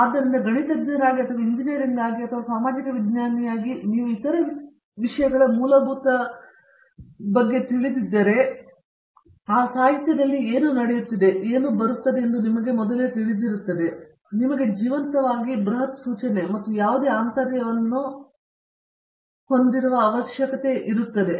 ಆದ್ದರಿಂದ ಗಣಿತಜ್ಞರಾಗಿ ಅಥವಾ ಇಂಜಿನಿಯರ್ ಆಗಿ ಮತ್ತು ಸಾಮಾಜಿಕ ವಿಜ್ಞಾನಿಯಾಗಿ ನೀವು ಇತರ ವಿಷಯಗಳ ಮೂಲಭೂತ ಬಗ್ಗೆ ತಿಳಿದಿದ್ದರೆ ಏನು ನಡೆಯುತ್ತಿದೆ ಮತ್ತು ಸಾಹಿತ್ಯದಲ್ಲಿ ಏನು ಬರುತ್ತಿದೆ ಎಂಬುದು ನಿಮಗೆ ತಿಳಿದಿರುತ್ತದೆ ಅದು ನಿಮಗೆ ಜೀವಂತವಾಗಿ ಬೃಹತ್ ಸೂಚನೆ ಮತ್ತು ಯಾವುದೇ ಆಂತರ್ಯವನ್ನು ಹೊಂದಿದೆ